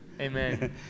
amen